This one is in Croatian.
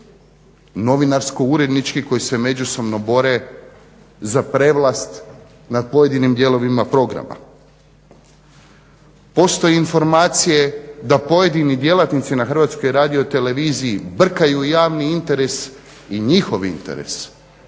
novinarsko-urednički koji se međusobno bore za prevlast nad pojedinim dijelovima programa. Postoje informacije da pojedini djelatnici na HRT-u brkaju javni interes i njihov interes